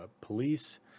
police